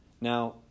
Now